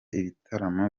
ibitaramo